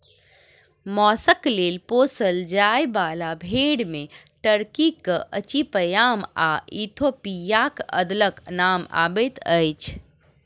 मौसक लेल पोसल जाय बाला भेंड़ मे टर्कीक अचिपयाम आ इथोपियाक अदलक नाम अबैत अछि